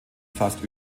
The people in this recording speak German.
fast